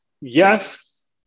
yes